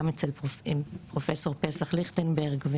גם אצל פרופסור פסח ליכטנברג,